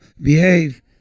behave